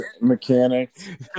mechanic